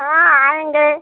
हाँ आएंगे